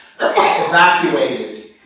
evacuated